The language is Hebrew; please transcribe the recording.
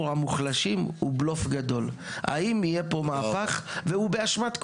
המוחלשים הוא בלוף גדול והוא באשמת כולם,